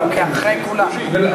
אחרי כולן.